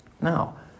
Now